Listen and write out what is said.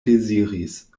deziris